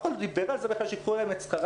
אף אחד לא דיבר על זה שייקחו מהם את שכרם.